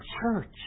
church